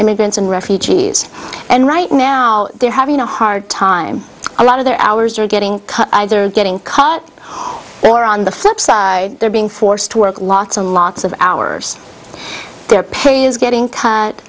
immigrants and refugees and right now they're having a hard time a lot of their hours are getting they're getting caught they're on the flip side they're being forced to work lots and lots of hours their pay is getting